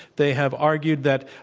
they have argued that,